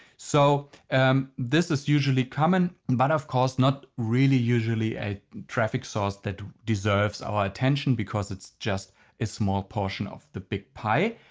so this is usually common but of course not really usually a traffic source that deserves our attention because it's just a small portion of the big pie.